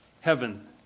heaven